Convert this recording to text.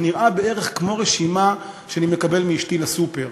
זה נראה בערך כמו רשימה שאני מקבל מאשתי לסוּפּר.